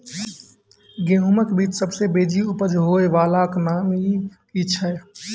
गेहूँमक बीज सबसे बेसी उपज होय वालाक नाम की छियै?